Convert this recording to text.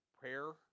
prayer